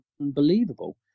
unbelievable